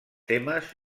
temes